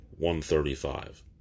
135